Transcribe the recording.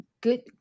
Good